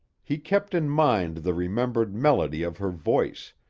he kept in mind the remembered melody of her voice,